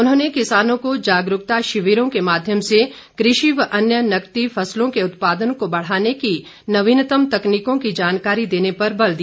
उन्होंने किसानों को जागरूकता शिविरों के माध्यम से कृषि व अन्य नकदी फसलों के उत्पादन को बढ़ाने की नवीनतम तकनीकों की जानकारी देने पर बल दिया